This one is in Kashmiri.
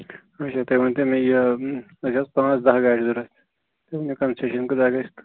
اَچھا تُہۍ ؤنۍتَو مےٚ یہِ اَسہِ آسہٕ پانٛژھ دَہ گاڑِ ضروٗرت تُہۍ ؤنۍتو مےٚ کَنسیشَن کوٗتاہ گژھِ تہٕ